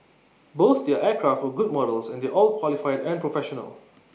both their aircraft were good models and they're all qualified and professional